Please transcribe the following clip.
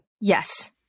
yes